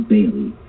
Bailey